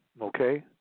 okay